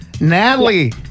Natalie